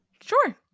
sure